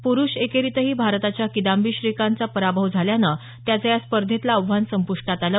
पुरुष एकेरीतही भारताच्या किदांबी श्रीकांतचा पराभव झाल्यानं त्याचं या स्पर्धेतलं आव्हान संप्ष्टात आलं